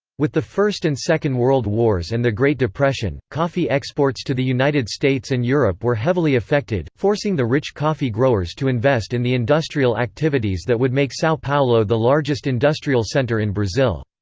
with the first and second world wars and the great depression, coffee exports to the united states and europe were heavily affected, forcing the rich coffee growers to invest in and the industrial activities that would make sao paulo the largest industrial center in brazil.